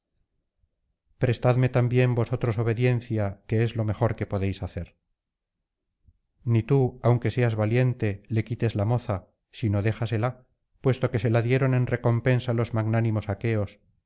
prestadme también vosotros obediencia que es lo mejor que podéis hacer ni tii aunque seas valiente le quites la moza sino déjasela puesto que se la dieron en recompensa los magnánimos aqueos